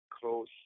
close